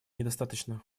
недостаточно